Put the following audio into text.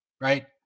right